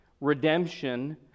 redemption